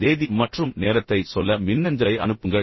தேதி மற்றும் நேரத்தைச் சொல்ல மின்னஞ்சலை அனுப்புங்கள்